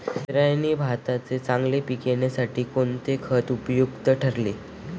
इंद्रायणी भाताचे चांगले पीक येण्यासाठी कोणते खत उपयुक्त ठरेल?